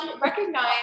recognize